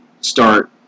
start